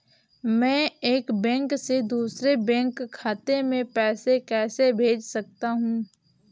मैं एक बैंक से दूसरे बैंक खाते में पैसे कैसे भेज सकता हूँ?